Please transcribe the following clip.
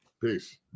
Peace